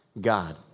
God